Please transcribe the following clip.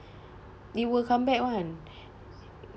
it will come back one